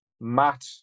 Matt